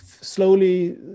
slowly